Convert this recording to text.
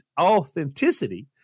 authenticity